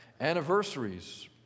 anniversaries